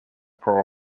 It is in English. pearl